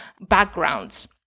backgrounds